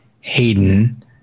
Hayden